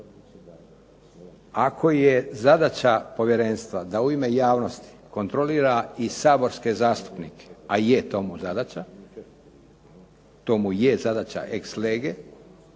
Ako je zadaća povjerenstva da u ime javnosti kontrolira i saborske zastupnike, a je to mu zadaća, to mu je zadaća ex lege,